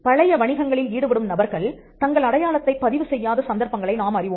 பழைய வணிகங்களில் ஈடுபடும் நபர்கள் தங்கள் அடையாளத்தைப் பதிவு செய்யாத சந்தர்ப்பங்களை நாம் அறிவோம்